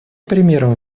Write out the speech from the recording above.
примером